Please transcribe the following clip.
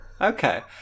Okay